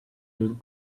with